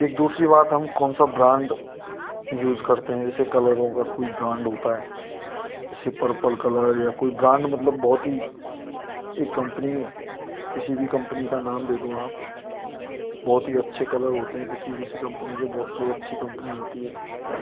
एक दूसरी बात हम कौनसा ब्रांड यूज करते हैं जैसे कलरों का कोई ब्रांड होता है जैसे पर्पल कलर या कोई ब्रांड मतलब बहुत ही एक कम्पनी किसी भी कम्पनी का नाम दे दो आप बहुत ही अच्छे कलर होते हैं किसी किसी कम्पनी के बहुत जो अच्छी कम्पनी होती है